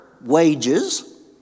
wages